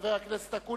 חבר הכנסת אקוניס,